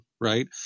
right